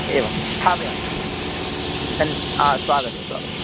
एवं स्थापयामि सन् स्वागतं स्वागतम्